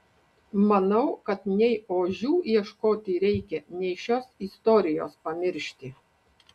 manau kad nei ožių ieškoti reikia nei šios istorijos pamiršti